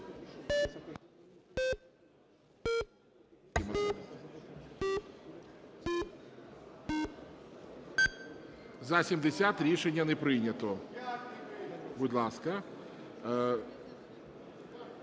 За-70 Рішення не прийнято. Будь ласка.